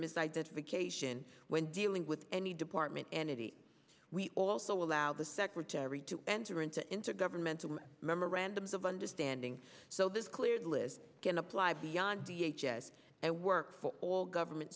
misidentification when dealing with any department entity we also allow the secretary to enter into intergovernmental memorandums of understanding so this cleared list can apply beyond v h s and work for all government